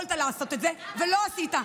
יכולת לעשות את זה ולא עשית.